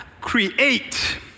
create